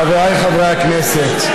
חבריי חברי הכנסת,